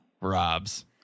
Rob's